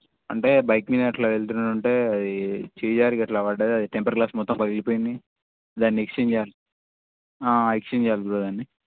అంటే బైక్ మీద అట్లా వెళ్తుంటే అది చెయ్యి జారి గట్ల అది పడ్డది టెంపర్డ్ గ్లాస్ మొత్తం పగిలిపోయింది దాన్ని ఎక్స్చేంజ్ చేయాలి ఎక్స్చేంజ్ చేయాలి బ్రో దాన్ని